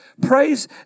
praise